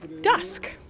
dusk